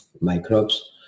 microbes